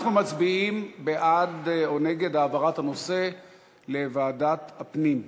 אנחנו מצביעים בעד או נגד העברת הנושא לוועדת הפנים.